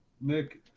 Nick